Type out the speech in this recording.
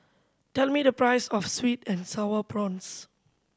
tell me the price of sweet and Sour Prawns